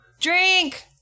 Drink